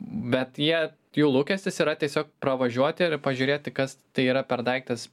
bet jie jų lūkestis yra tiesiog pravažiuoti ir pažiūrėti kas tai yra per daiktas